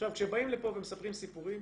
כשבאים לפה ומספרים סיפורים,